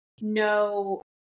No